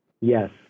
Yes